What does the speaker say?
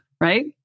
right